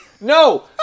no